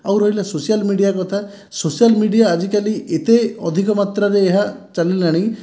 ଆଉ ରହିଲା social media କଥା ସୋସିଆଲ୍ ମେଡ଼ିଆ ଆଜିକାଲି ଏତେ ଅଧିକ ମାତ୍ରାରେ ଏହା ଚାଲିଲାଣି